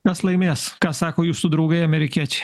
kas laimės ką sako jūsų draugai amerikiečiai